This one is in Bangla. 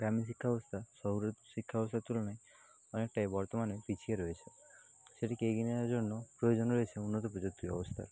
গ্রামের শিক্ষা ব্যবস্থা শহরের শিক্ষা ব্যবস্থার তুলনায় অনেকটাই বর্তমানে পিছিয়ে রয়েছে সেটিকে এগিয়ে নিয়ে যাওয়ার জন্য প্রয়োজন রয়েছে উন্নত প্রযুক্তি ব্যবস্থার